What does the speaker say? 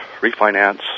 refinance